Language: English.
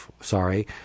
sorry